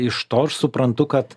iš to ir suprantu kad